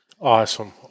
Awesome